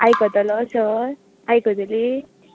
आयकतलो सर आयकतली